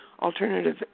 alternative